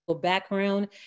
background